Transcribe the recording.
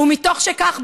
ומתוך כך,